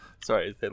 Sorry